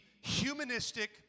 humanistic